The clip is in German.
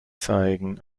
zeigen